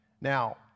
Now